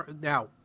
Now